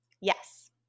Yes